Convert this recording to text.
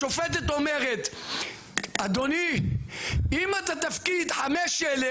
השופטת אומרת אדוני אם אתה תפקיד 5,000